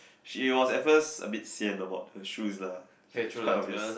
she was at first a bit sian about the shoes lah it's quite obvious